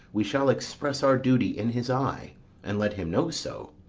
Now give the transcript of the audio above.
we shall express our duty in his eye and let him know so.